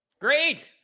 Great